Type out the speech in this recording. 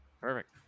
perfect